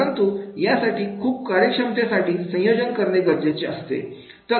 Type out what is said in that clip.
परंतु यासाठी खूप कार्यक्षमतेसाठी संयोजन गरजेचे असते